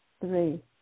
three